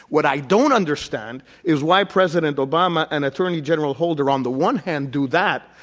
what i don't understand is why president obama and attorney general holder on the one hand do that,